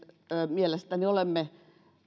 mielestäni olemme